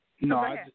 No